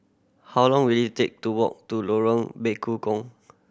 how long will it take to walk to Lorong Bekukong